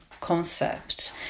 concept